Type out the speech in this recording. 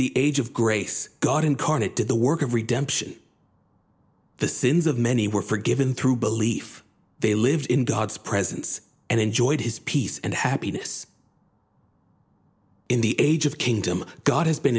the age of grace god incarnate did the work of redemption the sins of many were forgiven through belief they lived in god's presence and enjoyed his peace and happiness in the age of kingdom god has been